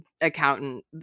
accountant